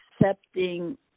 accepting